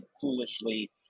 foolishly